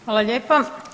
Hvala lijepa.